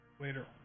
later